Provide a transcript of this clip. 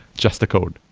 just the code.